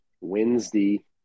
Wednesday